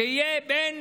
שיהיה בין